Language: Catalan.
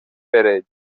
pere